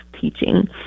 teaching